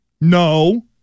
No